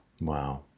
Wow